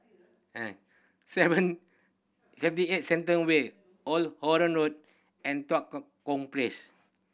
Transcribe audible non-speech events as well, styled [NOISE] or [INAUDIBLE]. [UNINTELLIGIBLE] seven Seventy Eight Shenton Way Old Holland Road and Tua [UNINTELLIGIBLE] Kong Place